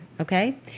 okay